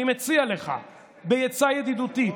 אני מציע לך בעצה ידידותית,